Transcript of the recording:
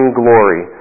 glory